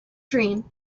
dream